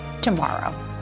tomorrow